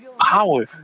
power